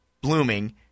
blooming